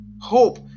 hope